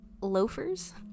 loafers